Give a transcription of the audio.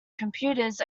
computers